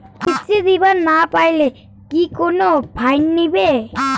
কিস্তি দিবার না পাইলে কি কোনো ফাইন নিবে?